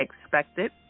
expected